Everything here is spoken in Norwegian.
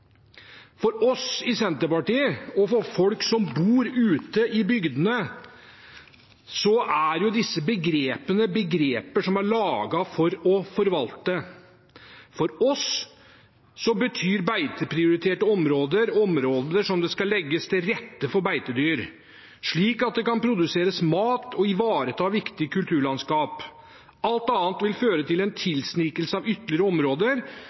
For oss i Senterpartiet og for folk som bor ute i bygdene, er dette begreper som er laget for å forvalte. For oss betyr «beiteprioriterte områder» at det er områder der det skal legges til rette for beitedyr, slik at en kan produsere mat og ivareta viktig kulturlandskap. Alt annet vil føre til en tilsnikelse av ytterligere områder